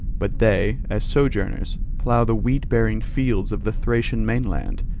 but they, as sojourners, plough the wheat-bearing fields of the thracian mainland.